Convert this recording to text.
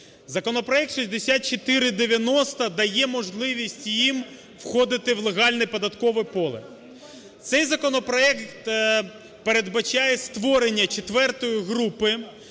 Законопроект 6490 дає можливість їм входити в легальне податкове поле. Цей законопроект передбачає створення четвертої групи,